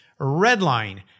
Redline